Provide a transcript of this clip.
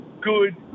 good